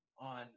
on